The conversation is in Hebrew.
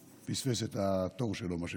שפספס את התור שלו, מה שנקרא.